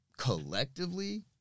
collectively